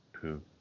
two